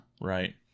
Right